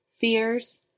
fears